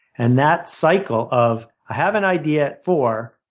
and that cycle of i have an idea at four